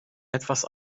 etwas